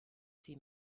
sie